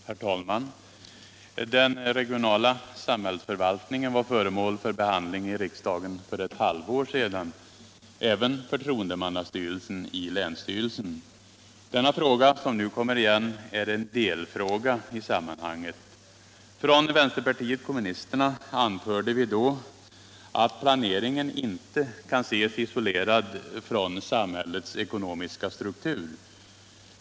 Herr talman! Den regionala samhällsförvaltningen var föremål för behandling i riksdagen för ett halvår sedan. Även förtroendemannastyrelsen i länsstyrelsen behandlades då. Denna fråga, som nu kommer igen, är en delfråga i sammanhanget. Från vänsterpartiet kommunisterna anförde vi då att planeringen inte kan ses isolerad från samhällets ekonomiska struktur.